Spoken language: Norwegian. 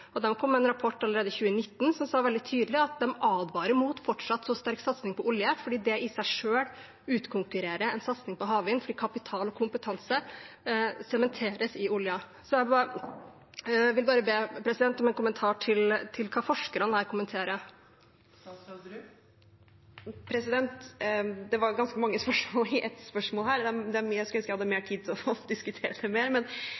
og de kom med en rapport allerede i 2019 som sa veldig tydelig at de advarer mot å fortsette med en så sterk satsing på olje, siden det i seg selv utkonkurrerer en satsing på havvind, fordi kapital og kompetanse ble sementert i oljen. Så jeg vil bare be om en kommentar til hva forskerne her kommenterer. Det var ganske mange spørsmål i ett spørsmål her – det er mye jeg skulle ønske jeg hadde mer